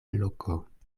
loko